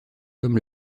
comme